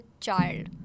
child